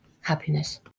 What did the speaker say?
happiness